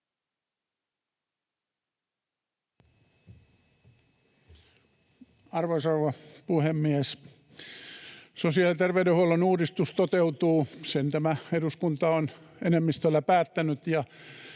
rouva puhemies! Sosiaali‑ ja terveydenhuollon uudistus toteutuu — sen tämä eduskunta on enemmistöllä päättänyt